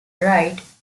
right